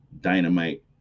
Dynamite